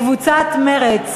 קבוצת מרצ.